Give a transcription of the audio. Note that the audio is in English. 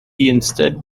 instead